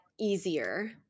easier